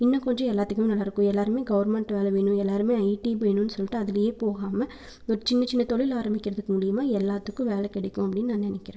இன்னும் கொஞ்சம் எல்லாத்துக்குமே நல்லாருக்கும் எல்லாருமே கவர்மெண்ட் வேலை வேணும் எல்லாருமே ஐடி வேணும்னு சொல்லிட்டு அதிலே போகாமல் ஒரு சின்ன சின்ன தொழில் ஆரம்பிக்கிறதுக்கு மூலயமா எல்லாத்துக்கும் வேலை கிடைக்கும் அப்படின்னு நான் நினைக்கிறேன்